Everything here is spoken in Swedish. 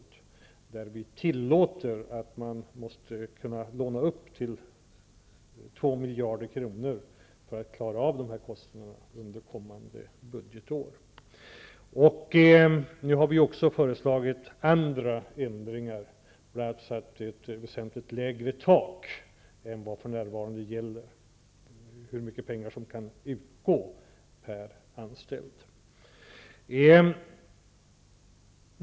Enligt detta förslag tillåter vi att man skall kunna låna upp till 2 miljarder kronor för att klara av dessa kostnader under kommande budgetår. Vi har också föreslagit andra ändringar, bl.a. har vi satt ett väsentligt lägre tak än det som för närvarande gäller för hur mycket pengar som kan utgå per anställd.